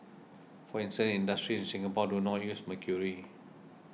for instance industries in Singapore do not use mercury